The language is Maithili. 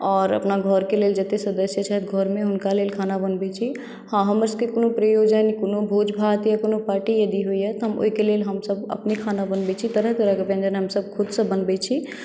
आओर अपना घरके लेल जतेक सदस्य छथि घरमे हुनका लेल खाना बनबै छी हँ हमर सभकेँ कोनो प्रयोजन कोनो भोज भात या कोनो पार्टी यदि होइया तऽ हम ओहिके लेल हमसभ अपने खाना बनबै छी तरह तरहकेँ व्यञ्जन हमसभ खुदसँ बनबै छी